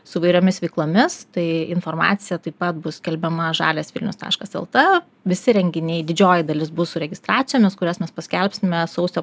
su įvairiomis veiklomis tai informacija taip pat bus skelbiama žalias vilnius taškas lt visi renginiai didžioji dalis bus su registracijomis kurias mes paskelbsime sausio